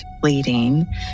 bleeding